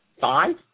Five